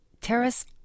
terrace